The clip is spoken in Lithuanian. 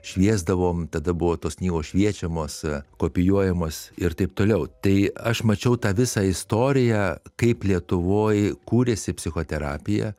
šviesdavom tada buvo tos knygos šviečiamos kopijuojamos ir taip toliau tai aš mačiau tą visą istoriją kaip lietuvoj kūrėsi psichoterapija